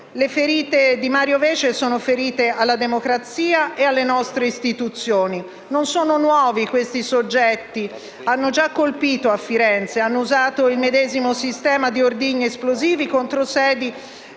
Le ferite di Mario Vece sono ferite alla democrazia e alle nostre istituzioni. Non sono nuovi questi soggetti; hanno già colpito a Firenze, hanno usato il medesimo sistema di ordigni esplosivi contro sedi